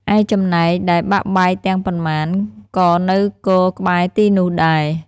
ឯចំណែកដែលបាក់បែកទាំងប៉ុន្មាន ក៏នៅគរក្បែរទីនោះដែរ ។